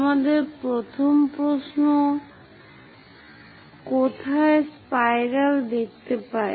আমাদের প্রথম প্রশ্ন কোথায় স্পাইরাল দেখতে পাই